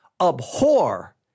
Abhor